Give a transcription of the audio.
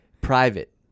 Private